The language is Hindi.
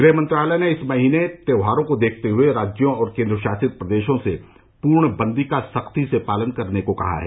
गृह मंत्रालय ने इस महीने त्यौहारों को देखते हुए राज्यों और केन्द्रशासित प्रदेशों से पूर्णबंदी का सख्ती से पालन करने को कहा है